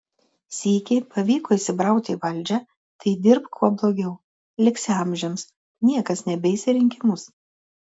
sykį pavyko įsibrauti į valdžią tai dirbk kuo blogiau liksi amžiams niekas nebeis į rinkimus